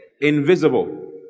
Invisible